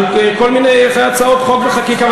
על כל מיני הצעות חוק וחקיקה,